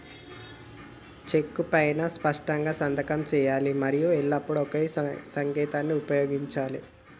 చెక్కు పైనా స్పష్టంగా సంతకం చేయాలి మరియు ఎల్లప్పుడూ ఒకే సంతకాన్ని ఉపయోగించాలే